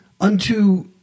unto